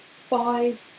five